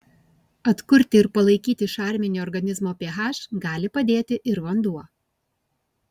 atkurti ir palaikyti šarminį organizmo ph gali padėti ir vanduo